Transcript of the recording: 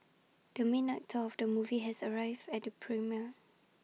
the main actor of the movie has arrived at the premiere